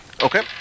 Okay